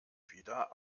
wieder